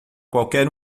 qualquer